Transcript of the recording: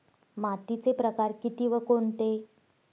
मातीचे प्रकार किती व कोणते?